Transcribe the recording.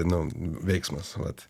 nu veiksmas vat